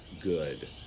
good